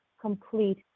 complete